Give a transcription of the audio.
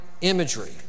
imagery